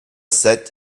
sept